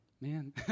man